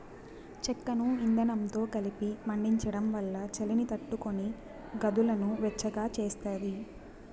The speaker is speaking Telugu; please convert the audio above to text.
చెక్కను ఇందనంతో కలిపి మండించడం వల్ల చలిని తట్టుకొని గదులను వెచ్చగా చేస్తాది